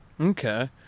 Okay